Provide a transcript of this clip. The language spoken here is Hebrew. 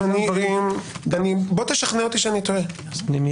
אבל --- בוא תשכנע אותי שאני טועה,